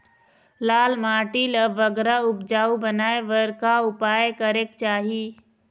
लाल माटी ला बगरा उपजाऊ बनाए बर का उपाय करेक चाही?